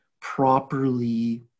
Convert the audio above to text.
properly